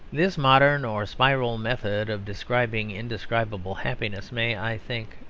this modern or spiral method of describing indescribable happiness may, i think,